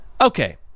okay